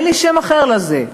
אין לי שם אחר לזה.